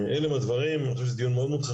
אלה הדברים, אני מודה לכם.